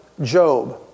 Job